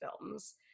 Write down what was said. films